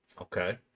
Okay